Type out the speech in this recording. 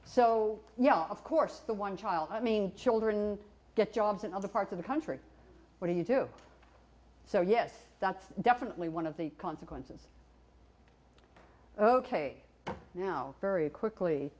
so yeah of course the one child i mean children get jobs in other parts of the country what do you do so yes that's definitely one of the consequences ok now very quickly